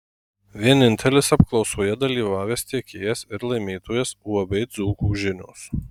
vienintelis apklausoje dalyvavęs tiekėjas ir laimėtojas uab dzūkų žinios